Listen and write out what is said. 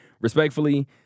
respectfully